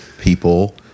people